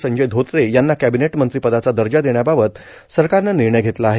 संजय धोत्रे यांना कॅबिनेट मंत्री पदाचा दर्जा देण्याबाबत सरकारनं निर्णय घेतला आहे